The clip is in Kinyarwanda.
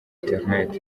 internet